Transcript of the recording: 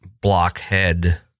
blockhead